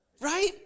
right